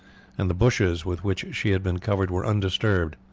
and the bushes with which she had been covered were undisturbed.